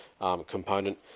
component